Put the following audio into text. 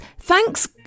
thanks